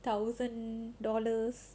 thousand dollars